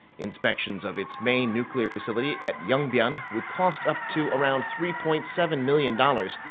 inspections of its main nuclear facility at yongbyon would cost up to around three point seven million dollars,